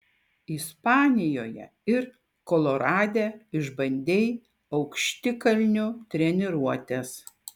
ispanijoje ir kolorade išbandei aukštikalnių treniruotes